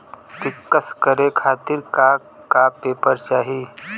पिक्कस करे खातिर का का पेपर चाही?